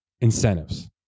incentives